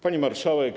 Pni Marszałek!